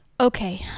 Okay